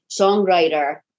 songwriter